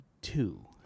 two